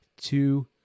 two